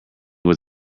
was